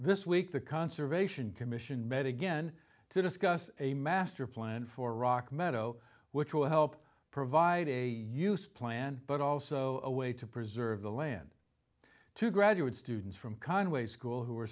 this week the conservation commission met again to discuss a master plan for rock meadow which will help provide a plan but also a way to preserve the land to graduate students from conway school who are